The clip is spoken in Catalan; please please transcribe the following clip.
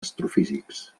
astrofísics